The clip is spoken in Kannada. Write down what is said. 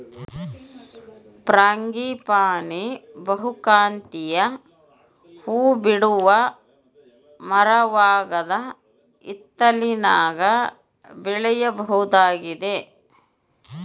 ಫ್ರಾಂಗಿಪಾನಿ ಬಹುಕಾಂತೀಯ ಹೂಬಿಡುವ ಮರವಾಗದ ಹಿತ್ತಲಿನಾಗ ಬೆಳೆಯಬಹುದಾಗಿದೆ